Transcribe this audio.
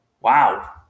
wow